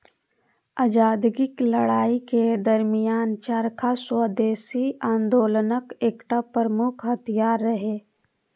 आजादीक लड़ाइ के दरमियान चरखा स्वदेशी आंदोलनक एकटा प्रमुख हथियार रहै